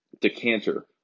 decanter